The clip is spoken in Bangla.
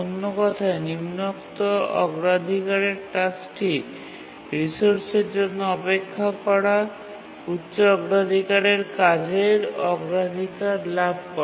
অন্য কথায় নিম্নোক্ত অগ্রাধিকারের টাস্কটি রিসোর্সের জন্য অপেক্ষা করা উচ্চ অগ্রাধিকারের কাজের অগ্রাধিকার লাভ করে